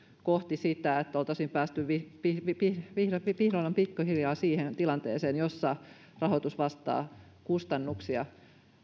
kohti sitä että oltaisiin päästy vihdoin vihdoin pikkuhiljaa siihen tilanteeseen jossa rahoitus vastaa kustannuksia